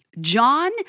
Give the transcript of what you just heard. John